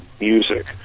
music